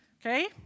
Okay